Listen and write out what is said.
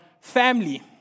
family